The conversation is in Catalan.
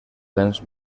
béns